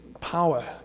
power